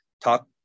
talk